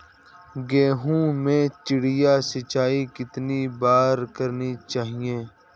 गेहूँ में चिड़िया सिंचाई कितनी बार करनी चाहिए?